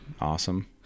Awesome